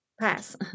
Pass